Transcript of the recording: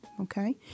okay